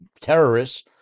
terrorists